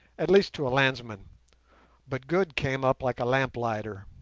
at least to a landsman but good came up like a lamplighter.